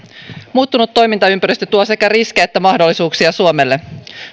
muuttunut toimintaympäristö tuo sekä riskejä että mahdollisuuksia suomelle